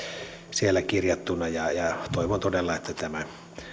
siellä kirjattuna ja ja toivon todella että tämän